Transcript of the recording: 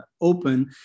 open